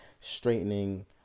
straightening